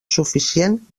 suficient